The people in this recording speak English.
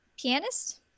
pianist